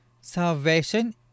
Salvation